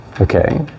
Okay